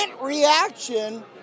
reaction